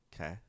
Okay